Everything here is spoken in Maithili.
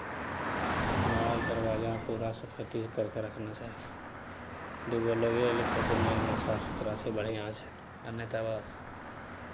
घर दरवाजा पूरा सफैती करि कऽ रखना चाही दू गो लोके अयलै तऽ कहतै नहि साफ सुथरा छै बढ़िआँ छै आ नहि तऽ बस